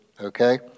okay